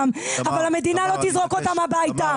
אבל המדינה לא תזרוק אותם הביתה.